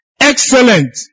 Excellent